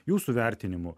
jūsų vertinimu